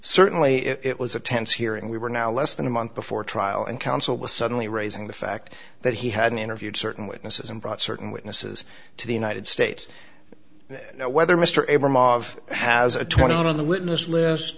certainly it was a tense hearing we were now less than a month before trial and counsel was suddenly raising the fact that he hadn't interviewed certain witnesses and brought certain witnesses to the united states whether mr aber mav has a twenty out on the witness li